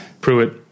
Pruitt